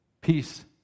peace